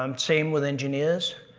um same with engineers.